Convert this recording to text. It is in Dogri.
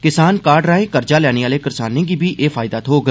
करसान कार्ड राएं कर्जा लैने आले करसानें गी बी एह् फायदा थ्होग